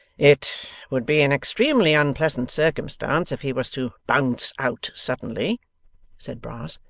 it would be an extremely unpleasant circumstance if he was to bounce out suddenly said brass.